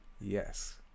Yes